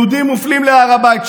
יהודים מופלים בהר הבית.